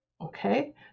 Okay